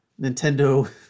Nintendo